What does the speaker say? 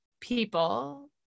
people